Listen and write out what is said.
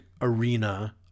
arena